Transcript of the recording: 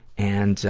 and,